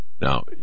now